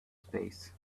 space